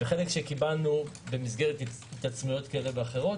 וחלק קיבלנו במסגרת התעצמויות כאלו ואחרות.